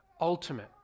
ultimate